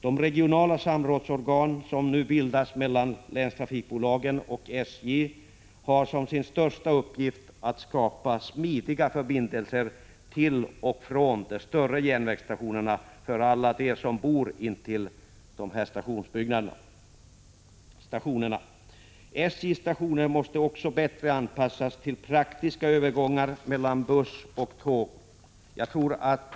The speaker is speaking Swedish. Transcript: De regionala samrådsorgan som nu bildats mellan länstrafikbolagen och SJ har som sin största uppgift att skapa smidiga förbindelser till och från de större järnvägsstationerna för alla dem som bor intill dessa stationer. SJ:s stationer måste också bättre anpassas för att man skall få praktiska övergångar mellan buss och tåg.